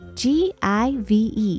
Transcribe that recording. give